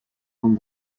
con